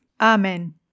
Amen